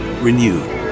renewed